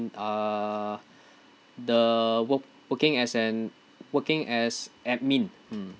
uh the work~ working as an working as admin mm